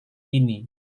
ini